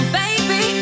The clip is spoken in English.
baby